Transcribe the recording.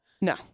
No